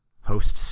Hosts